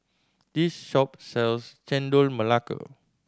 this shop sells Chendol Melaka